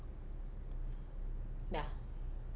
ya